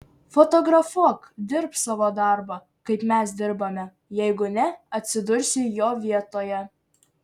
fotografuok dirbk savo darbą kaip mes dirbame jeigu ne atsidursi jo vietoje